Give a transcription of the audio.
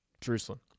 Jerusalem